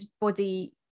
body